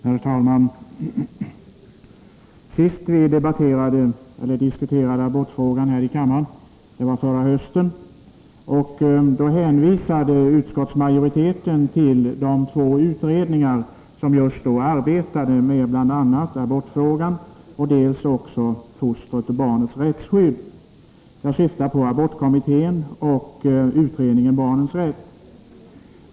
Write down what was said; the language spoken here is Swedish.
Herr talman! Senast vi diskuterade abortfrågan här i kammaren var förra hösten, och då hänvisade utskottsmajoriteten till de två utredningar som just då arbetade med bl.a. abortfrågan men även med fostrets och barnets rättsskydd. Jag syftar på abortkommittén och utredningen Barnens rätt.